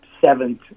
seventh